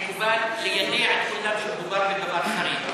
מקובל ליידע את כולם שמדובר בדבר חריג.